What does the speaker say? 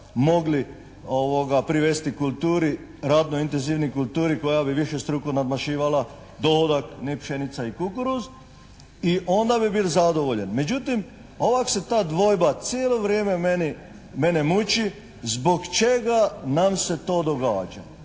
mogli privesti kulturi, radno intenzivnoj kulturi koja bi višestruko nadmašivala dohodak ne pšenica i kukuruz i onda bi bil zadovoljen. Međutim ovak se ta dvojba cijelo vreme mene muči zbog čega nam se to događa.